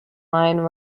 line